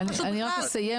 זה לא פשוט בכלל,